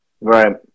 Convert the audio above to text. Right